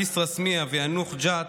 כסרא-סמיע ויאנוח-ג'ת,